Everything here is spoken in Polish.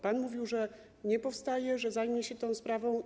Pan mówił, że nie powstaje, że zajmie się tą sprawą.